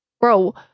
Bro